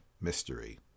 mystery